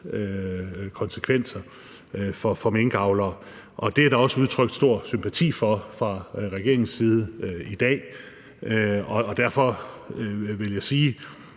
konsekvenser for minkavlere. Det er der også udtrykt stor sympati for fra regeringens side i dag – og derfor vil jeg sige,